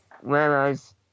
whereas